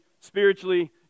spiritually